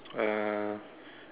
uh